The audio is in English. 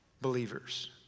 believers